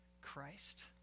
Christ